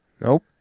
Nope